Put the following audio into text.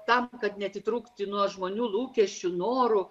tam kad neatitrūkti nuo žmonių lūkesčių norų